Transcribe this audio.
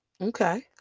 Okay